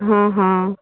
हँ हँ